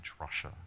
Russia